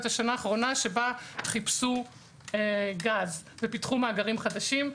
האחרונה שבה חיפשו גז ופיתחו מאגרים חדשים.